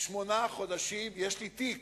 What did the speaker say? שמונה חודשים, יש לי תיק.